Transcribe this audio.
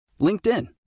LinkedIn